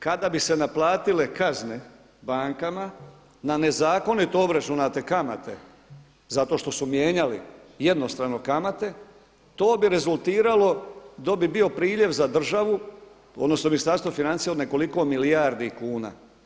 Kada bi se naplatile kazne bankama na nezakonito obračunate kamate zato što su mijenjali jednostrano kamate to bi rezultiralo, to bi bio priljev za državu odnosno Ministarstvo financija, od nekoliko milijardi kuna.